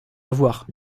avoir